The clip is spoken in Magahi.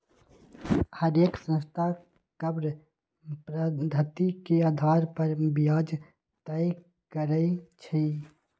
हरेक संस्था कर्व पधति के अधार पर ब्याज तए करई छई